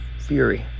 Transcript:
Fury